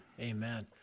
Amen